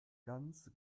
ganz